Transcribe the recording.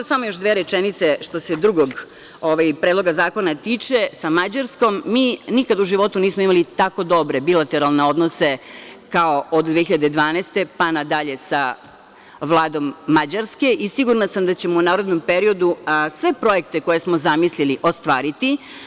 Samo još dve rečenice, što se drugog predloga zakona tiče, sa Mađarskom mi nikada u životu nismo imali tako dobre bilateralne odnose, kao od 2012. godine pa nadalje sa Vladom Mađarske i sigurna sam da ćemo u narednom periodu sve projekte koje smo zamislili, ostvariti.